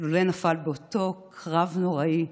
לולא נפל באותו קרב נוראי.